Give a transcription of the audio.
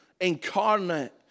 incarnate